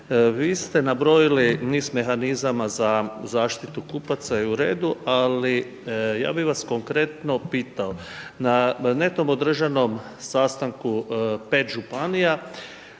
vi ste nabrojili niz mehanizama za zaštitu kupaca u redu, ali ja bih vas konkretno pitao. Na netom održanom sastanku pet županija